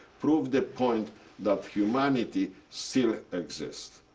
proved the point that humanity still exist.